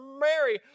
Mary